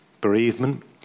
bereavement